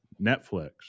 Netflix